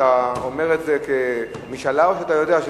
אתה אומר את זה כמשאלה או שאתה יודע?